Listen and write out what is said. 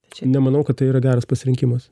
tai čia nemanau kad tai yra geras pasirinkimas